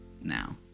now